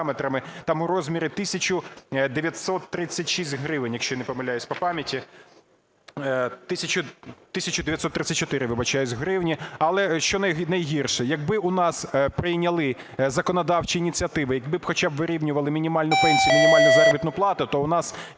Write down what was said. там у розмірі 1936 гривень, якщо я не помиляюсь, по пам'яті… 1934, вибачаюсь, гривні. Але що найгірше. Якби у нас прийняли законодавчі ініціативи, які хоча б вирівнювали мінімальну пенсію і мінімальну заробітну плату, то у нас